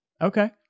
okay